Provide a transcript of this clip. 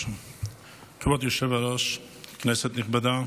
כבוד היושב-ראש, כנסת נכבדה,